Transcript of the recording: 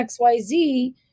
XYZ